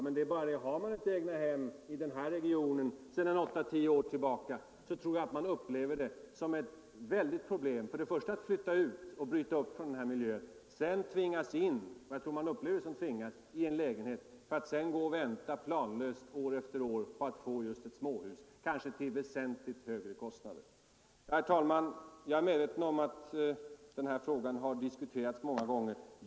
Men har man ett eget hem i den av statliga verk från här regionen sedan 8-10 år tillbaka tror jag att man upplever det som Stockholm ett väldigt problem att först bryta upp från den miljön, att sedan tvingas flytta in i en lägenhet och att därpå gå och vänta planlöst år efter år på att få ett småhus, kanske till väsentligt högre kostnader. Herr talman! Jag är medveten om att denna fråga har diskuterats många gånger.